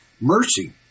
mercy